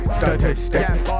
statistics